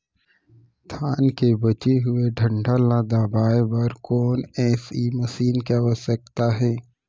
धान के बचे हुए डंठल ल दबाये बर कोन एसई मशीन के आवश्यकता हे?